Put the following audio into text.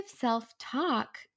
self-talk